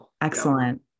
Excellent